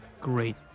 Great